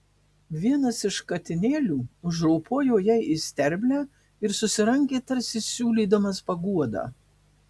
vienas iš katinėlių užropojo jai į sterblę ir susirangė tarsi siūlydamas paguodą